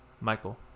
Michael